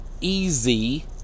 easy